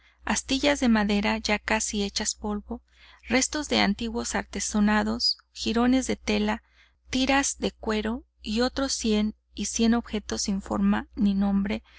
astillas de madera ya casi hechas polvo restos de antiguos artesonados jirones de tela tiras de cuero y otros cien y cien objetos sin forma ni nombre